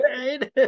Right